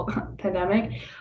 pandemic